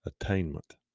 attainment